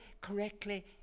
correctly